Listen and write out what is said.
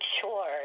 sure